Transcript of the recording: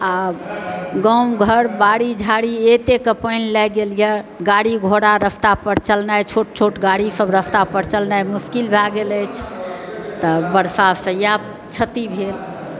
आ गाँव घर बाड़ी झाड़ी एतेक पानि लागि गेलए गाड़ी घोड़ा रास्ता पर चलनाइ छोट छोट गाड़ीसभ रास्ता पर चलनाइ मुश्किल भए गेल अछि तऽ वर्षासँ इएह क्षति भेल